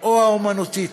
או האמנותית: